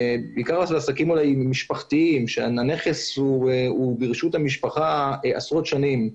בעיקר עסקים משפחתיים שהנכס הוא ברשות המשפחה עשרות שנים,